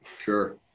Sure